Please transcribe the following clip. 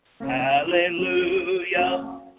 Hallelujah